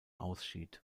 ausschied